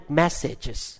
messages